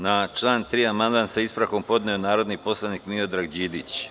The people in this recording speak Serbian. Na član 3. amandman sa ispravkom podneo je narodni poslanik Miodrag Đidić.